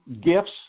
gifts